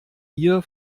ihr